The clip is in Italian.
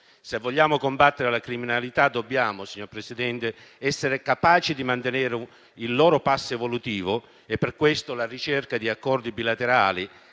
Se vogliamo combattere la criminalità dobbiamo, signor Presidente, essere capaci di mantenere il loro passo evolutivo. Per questo, la ricerca di accordi bilaterali